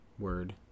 word